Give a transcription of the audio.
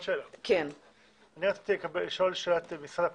אני רוצה לשאול את משרד הפנים,